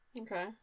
Okay